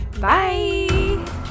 Bye